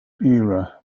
era